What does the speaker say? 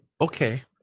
Okay